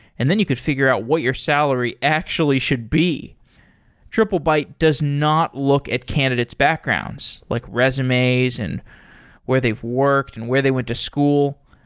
and then you could figure out what your salary actually should be triplebyte does not look at candidates' backgrounds, like resumes and where they've worked and where they went to school.